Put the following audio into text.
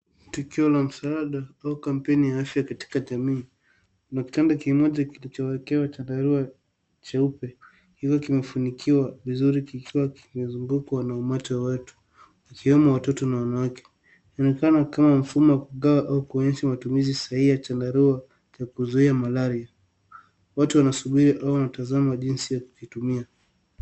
Tukio la msaada au kampeni ya afya katika jamii. Kuna kitanda kimoja kilichowekewa chandarua cheupe, kikiwa kimefunikiwa vizuri kikiwa kimezungukwa na umati wa watu, ikiwemo watoto na wanawake. Inaonekana kama mfumo wa kukaa au kuonyesha matumizi sahihi ya chandarua cha kuzuia malaria. Watu wanasubiri au wanatazama jinsi ya kukitumia.